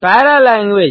paralanguage